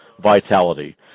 vitality